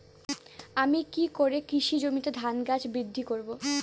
আমি কী করে কৃষি জমিতে ধান গাছ বৃদ্ধি করব?